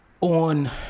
On